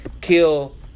kill